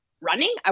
running